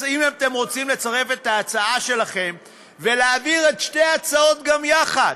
אם אתם רוצים לצרף את ההצעה שלכם ולהעביר את שתי ההצעות גם יחד,